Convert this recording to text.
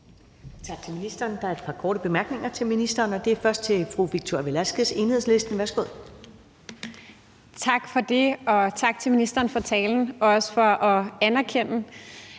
Tak for det. Og tak til ministeren for talen og også for at anerkende,